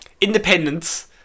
Independence